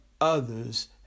others